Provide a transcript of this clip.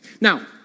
Now